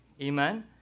amen